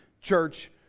church